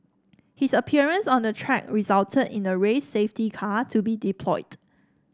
his appearance on the track resulted in the race safety car to be deployed